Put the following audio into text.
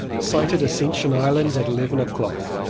sighted ascension island at eleven o'clock.